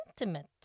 intimate